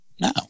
No